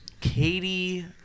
Katie